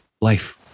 Life